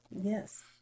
yes